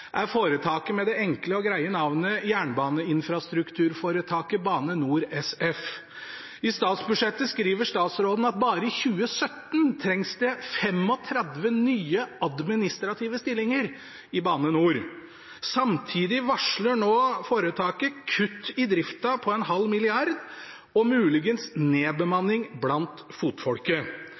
er foretaket med det enkle og greie navnet Jernbaneinfrastrukturforetaket Bane NOR SF. I statsbudsjettet skriver statsråden at bare i 2017 trengs det 35 nye administrative stillinger i Bane NOR. Samtidig varsler nå foretaket kutt i driften på en halv milliard kroner og muligens nedbemanning blant fotfolket.